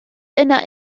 yna